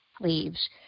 leaves